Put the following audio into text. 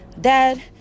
dad